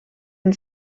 een